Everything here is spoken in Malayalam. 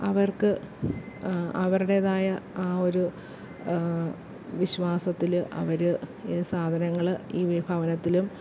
അവർക്ക് അവരുടേതായ ആ ഒരു വിശ്വാസത്തിൽ അവർ ഈ സാധനങ്ങൾ ഈ ഭവനത്തിലും